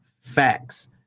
facts